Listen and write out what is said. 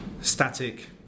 static